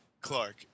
Clark